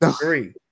Three